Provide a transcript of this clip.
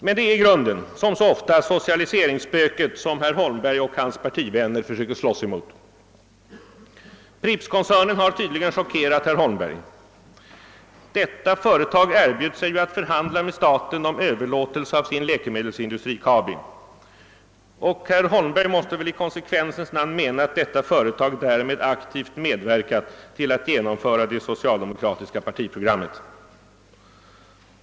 Men det är i grunden, som så ofta, socialiseringsspöket som herr Holmberg och hans partivänner försöker slåss emot. Pripp-koncernen har tydligen chockerat herr Holmberg. Detta företag erbjöd sig ju att förhandla med staten om överlåtelse av sin läkemedelsindustri, Kabi, och herr Holmberg måste väl i konsekvensens namn mena att detta företag därmed aktivt medverkat till att genomföra det socialdemokratiska partiprogrammet.